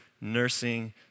nursing